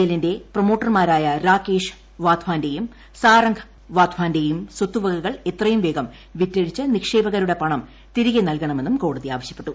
എല്ലിന്റെ പ്രൊമോട്ടർമാരായ രാകേഷ് വാധ്വാന്റെയും സാരംഗ് വാധ്പാന്റെയും സ്വത്തുവകകൾ എത്രയും വേഗം വിറ്റഴിച്ച് നിക്ഷേപകരുടെ പണം തിരികെ നൽകണമെന്നും കോടതി ആവശ്യപ്പെട്ടു